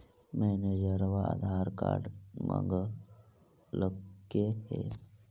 मैनेजरवा आधार कार्ड मगलके हे?